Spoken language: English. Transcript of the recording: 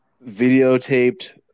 videotaped